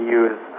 use